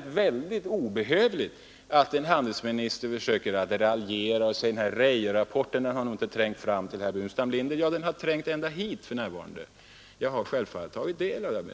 Det är däremot obehövligt att en handelsminister försöker raljera genom att säga att Rey-rapporten nog inte har trängt fram till herr Burenstam Linder. Jo, den har trängt ända hit till talarstolen för närvarande. Jag har självfallet tagit del av den.